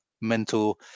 mental